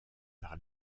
par